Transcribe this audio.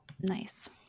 Nice